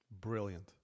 Brilliant